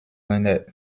seiner